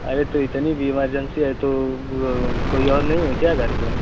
अरे तो इतनी भी एमर्जेंसी है तो कोई और नहीं है क्या घर पर